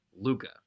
luca